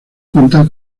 cuenta